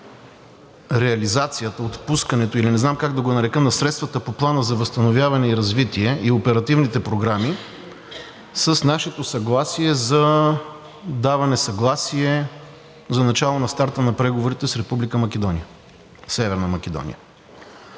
на реализацията, отпускането или не знам как да го нарека, на средствата по Плана за възстановяване и развитие и оперативните програми с нашето съгласие за даване съгласие за начало на старта на преговорите с Република Северна Македония.